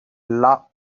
law